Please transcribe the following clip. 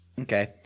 Okay